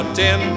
ten